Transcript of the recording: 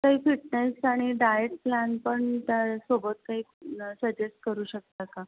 काही फिटनेस आणि diet plan पण त्यासोबत काही सजेस्ट करू शकता का